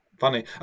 Funny